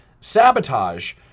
sabotage